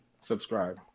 subscribe